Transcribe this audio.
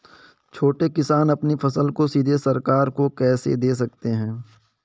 छोटे किसान अपनी फसल को सीधे सरकार को कैसे दे सकते हैं?